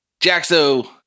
Jaxo